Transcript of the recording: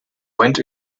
went